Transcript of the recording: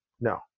No